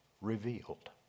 revealed